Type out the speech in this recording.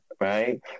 Right